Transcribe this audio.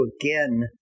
again